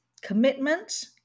commitment